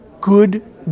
good